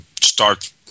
start